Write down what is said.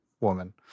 woman